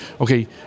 Okay